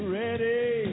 ready